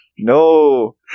No